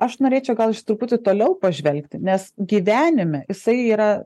aš norėčiau gal iš truputį toliau pažvelgti nes gyvenime jisai yra